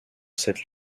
cette